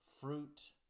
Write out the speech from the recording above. fruit